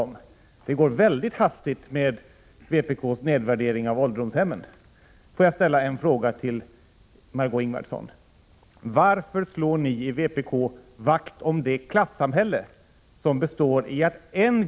I dag är skillnaderna i avgifter mellan kommunerna orimligt stora. Utskottet avvisar förslaget om enhetliga hemhjälpstaxor över landet med hänvisning till den kommunala självstyrelsen.